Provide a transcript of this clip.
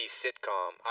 sitcom